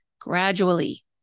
gradually